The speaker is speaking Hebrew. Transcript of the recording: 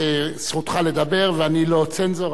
זכותך לדבר ואני לא צנזור,